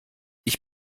ich